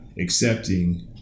accepting